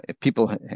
people